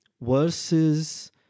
versus